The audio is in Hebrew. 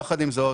יחד עם זאת,